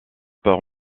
père